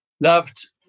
Loved